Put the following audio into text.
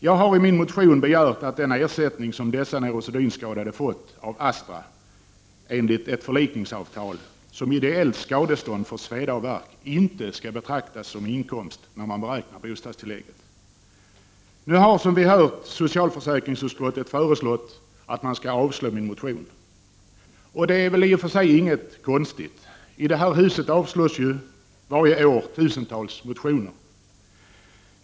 Jag har i min motion begärt att denna ersättning, som dessa neurosedynskadade har fått av Astra enligt ett förlikningsavtal som ideellt skadestånd för sveda och värk, inte skall betraktas som inkomst vid beräkning av bostadstillägget. Nu har, som vi hört, socialförsäkringsutskottet föreslagit avslag på min motion. Detta är väl i och för sig ingenting konstigt. I detta hus avslås ju varje år tusentals motioner.